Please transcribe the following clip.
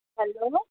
hello